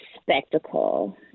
spectacle